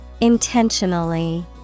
Intentionally